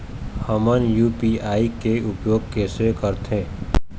हमन यू.पी.आई के उपयोग कैसे करथें?